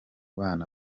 bana